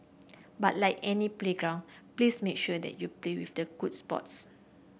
but like any playground please make sure that you play with the good sports